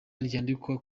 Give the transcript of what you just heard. ryandikwa